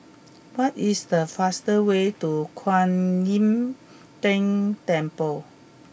what is the fast way to Kuan Im Tng Temple